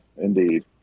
Indeed